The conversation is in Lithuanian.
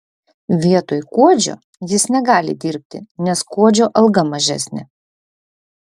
vietoj kuodžio jis negali dirbti nes kuodžio alga mažesnė